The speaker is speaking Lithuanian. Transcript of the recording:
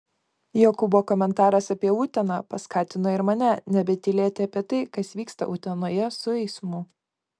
jokūbo komentaras apie uteną paskatino ir mane nebetylėti apie tai kas vyksta utenoje su eismu